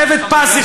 שלהבת פס,